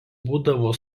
būdavo